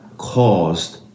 Caused